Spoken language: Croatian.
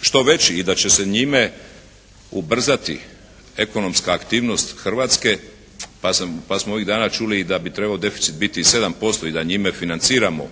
što veći i da će se njime ubrzati ekonomska aktivnost Hrvatske, pa smo i ovih dana čuli i da bi deficit trebao biti i 7% i da njime financiramo